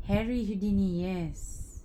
harry houdini yes